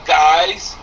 guys